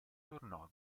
tornò